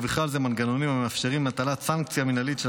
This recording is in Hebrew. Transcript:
ובכלל זה מנגנונים המאפשרים הטלת סנקציה מינהלית של